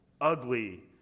ugly